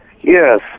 Yes